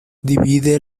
divide